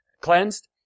cleansed